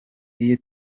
iyo